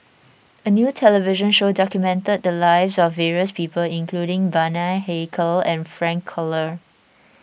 a new television show documented the lives of various people including Bani Haykal and Frank Cloutier